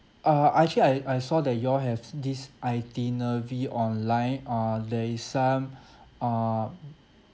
uh I actually I I saw that you all have this itinerary online uh there is some uh